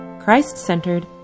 Christ-centered